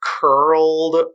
curled